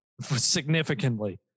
Significantly